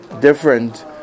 different